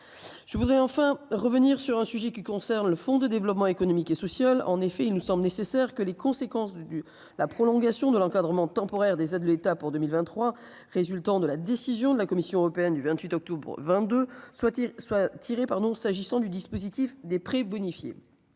je voudrais enfin revenir sur un sujet qui concerne le Fonds de développement économique et social, en effet, il nous semble nécessaire que les conséquences du du la prolongation de l'encadrement temporaire des aides de l'État pour 2023 résultant de la décision de la Commission européenne du 28 octobre 22 soit soit pardon s'agissant du dispositif des prêts bonifiés.